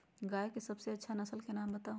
गाय के सबसे अच्छा नसल के नाम बताऊ?